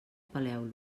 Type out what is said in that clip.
peleu